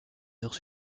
heures